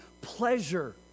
pleasure